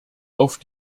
auf